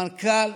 המנכ"ל